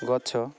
ଗଛ